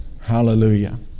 Hallelujah